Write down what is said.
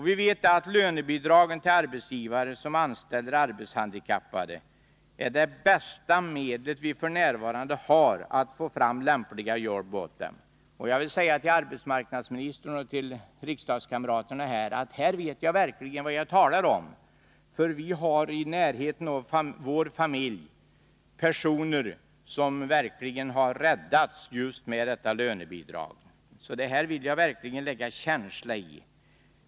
Vi vet att lönebidragen till arbetsgivare som anställer arbetshandikappade är det bästa medel vi f. n. har att få fram lämpliga jobb åt dem. Jag vill säga till arbetsmarknadsministern och till riksdagskamraterna, att här vet jag verkligen vad jag talar om. I närheten av vår familj har vi personer som faktiskt har räddats just med detta lönebidrag, så här vill jag verkligen lägga känsla i mina ord.